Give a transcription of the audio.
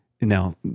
Now